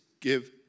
give